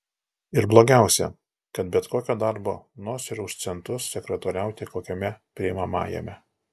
ir blogiausia kad bet kokio darbo nors ir už centus sekretoriauti kokiame priimamajame